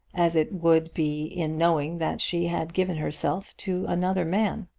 as it would be in knowing that she had given herself to another man.